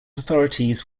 authorities